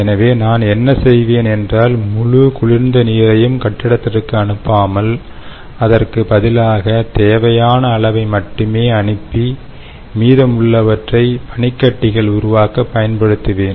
எனவே நான் என்ன செய்வேன் என்றால் முழு குளிர்ந்த நீரையும் கட்டிடத்திற்கு அனுப்பாமல் அதற்கு பதிலாக தேவையான அளவை மட்டுமே அனுப்பி மீதமுள்ளவற்றை பனிக்கட்டிகள் உருவாக்க பயன்படுத்துவேன்